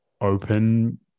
open